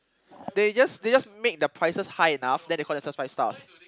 they just they just made the prices high enough then they call themselves five stars